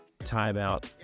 timeout